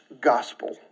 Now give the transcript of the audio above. gospel